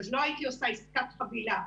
אז לא הייתי עושה עסקת חבילה.